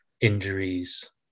injuries